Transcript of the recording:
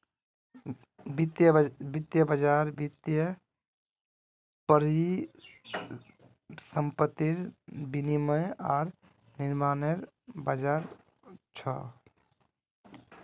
वित्तीय बज़ार वित्तीय परिसंपत्तिर विनियम आर निर्माणनेर बज़ार छ